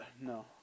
no